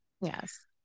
Yes